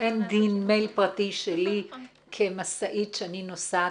--- אין דין מייל פרטי שלי כמשאית שאני נוסעת